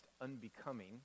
unbecoming